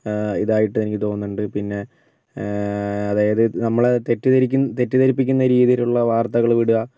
ഇതായിട്ട് എനിക്ക് തോന്നുന്നുണ്ട് പിന്നെ അതായത് നമ്മളെ തെറ്റിദ്ധരിപ്പിക്കുന്ന തെറ്റിദ്ധരിപ്പിക്കുന്ന രീതിയിലുള്ള വാർത്തകൾ വിടുക